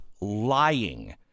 lying